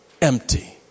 empty